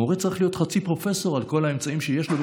מורה צריך להיות חצי פרופסור על כל האמצעים שיש לו,